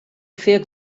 fer